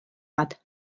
bat